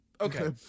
Okay